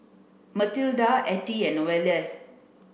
Matilda Ettie and Noelle